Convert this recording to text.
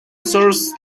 source